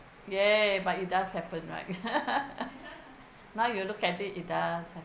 ya but it does happen right now you look at it it does